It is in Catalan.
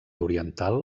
oriental